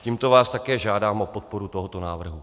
Tímto vás také žádám o podporu tohoto návrhu.